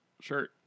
Sure